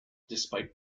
despite